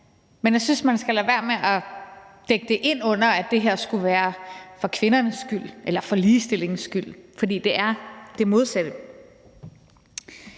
Men jeg synes, man skal lade være med at dække det ind under, at det her skulle være for kvindernes skyld eller for ligestillingens skyld, for det er det modsatte.